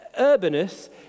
Urbanus